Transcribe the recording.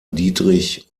diedrich